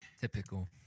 Typical